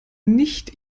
nicht